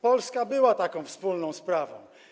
Polska była taką wspólną sprawą.